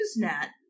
Usenet